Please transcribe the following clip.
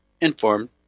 informed